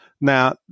Now